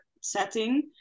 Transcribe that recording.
setting